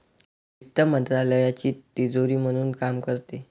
वित्त मंत्रालयाची तिजोरी म्हणून काम करते